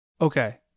Okay